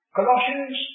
Colossians